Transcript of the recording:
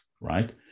right